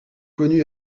connu